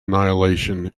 annihilation